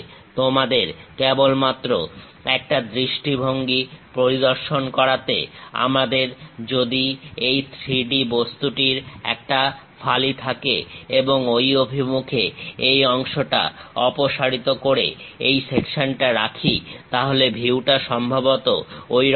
তোমাদের কেবলমাত্র একটা দৃষ্টিভঙ্গি পরিদর্শন করাতে আমাদের যদি এই 3D বস্তুটির একটা ফালি থাকে এবং ঐ অভিমুখে এই অংশটা অপসারিত করে এই সেকশনটা রাখি তাহলে ভিউটা সম্ভবত ঐরকম হবে